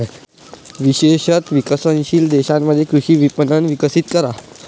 विशेषत विकसनशील देशांमध्ये कृषी विपणन विकसित करा